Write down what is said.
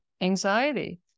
anxiety